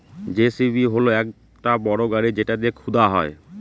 JCB হল একটা বড় গাড়ি যেটা দিয়ে খুদা হয়